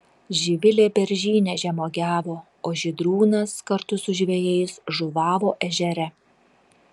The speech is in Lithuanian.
živilė beržyne žemuogiavo o žydrūnas kartu su žvejais žuvavo ežere